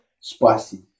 Spicy